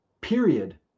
period